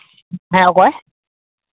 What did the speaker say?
ᱦᱮᱸ ᱚᱠᱚᱭ